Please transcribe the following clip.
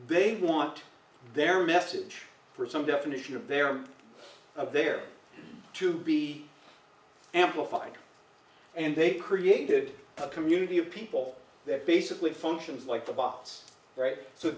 they want their message for some definition of they are there to be amplified and they created a community of people that basically functions like the bots right so